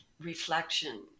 reflection